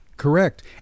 Correct